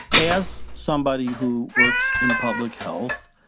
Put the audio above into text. as somebody who works in public health,